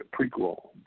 prequel